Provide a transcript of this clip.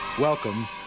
Welcome